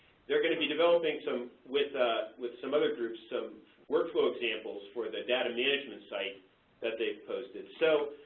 they're going to be developing so with ah with some other groups, some workflow examples for the data management site that they've posted. so,